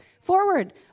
forward